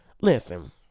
listen